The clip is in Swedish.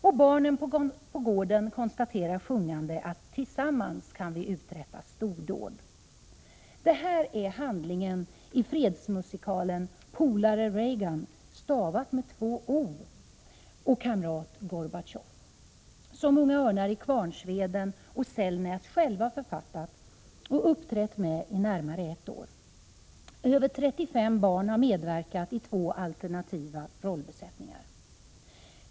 Och barnen på gården konstaterar sjungande: ”Tillsammans kan vi uträtta stordåd.” Det är handlingen i fredsmusikalen Poolare Reagan och kamrat Gorbat jov, som Unga Örnar i Kvarnsveden och Sellnäs själva författat och uppträtt med i närmare ett år. Över 35 barn har medverkat i två alternerande rollbesättningar.